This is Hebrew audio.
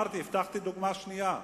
הבטחתי דוגמה שנייה,